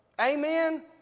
Amen